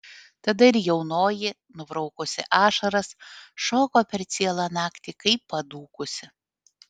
tada ir jaunoji nubraukusi ašaras šoko per cielą naktį kaip padūkusi